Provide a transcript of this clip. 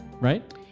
right